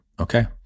Okay